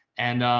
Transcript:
and,